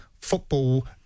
football